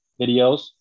videos